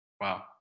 Wow